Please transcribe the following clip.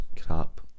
crap